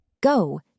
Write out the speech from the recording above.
Go